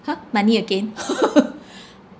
!huh! money again